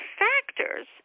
factors